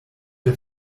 der